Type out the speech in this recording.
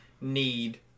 need